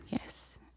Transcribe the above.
Yes